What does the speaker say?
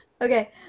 Okay